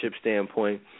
standpoint